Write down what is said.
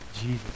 Jesus